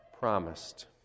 promised